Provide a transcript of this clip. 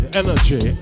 energy